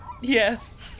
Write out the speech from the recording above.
Yes